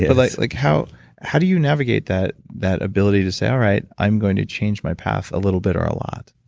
yeah like like how how do you navigate that that ability to say, all right i'm going to change my path a little bit or a lot?